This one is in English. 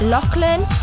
Lachlan